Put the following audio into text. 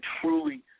truly